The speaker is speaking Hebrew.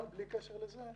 אבל בלי קשר לזה,